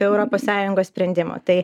europos sąjungos sprendimo tai